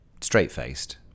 straight-faced